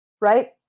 right